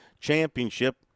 championship